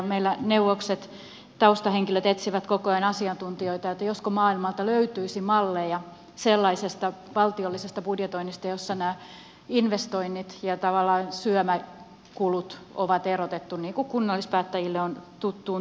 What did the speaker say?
meillä neuvokset taustahenkilöt etsivät koko ajan asiantuntijoita josko maailmalta löytyisi malleja sellaisesta valtiollisesta budjetoinnista jossa nämä investoinnit ja tavallaan syömäkulut on erotettu niin kuin kunnallispäättäjille on tuttuun tapaan